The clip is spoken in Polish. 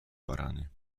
barany